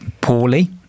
poorly